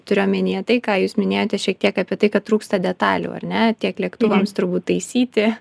turiu omenyje tai ką jūs minėjote šiek tiek apie tai kad trūksta detalių ar ne tiek lėktuvams turbūt taisyti